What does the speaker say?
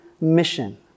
mission